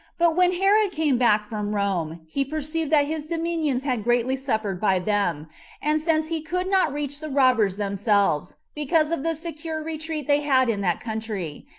but when herod came back from rome, he perceived that his dominions had greatly suffered by them and since he could not reach the robbers themselves, because of the secure retreat they had in that country,